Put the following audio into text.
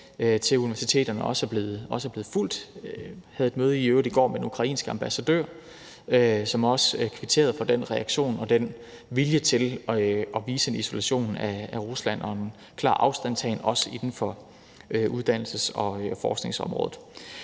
til universiteterne, også er blevet fulgt. Jeg havde i øvrigt et møde i går med den ukrainske ambassadør, som også kvitterede for den reaktion og den vilje til at vise en isolation af Rusland og en klar afstandtagen også inden for uddannelses- og forskningsområdet.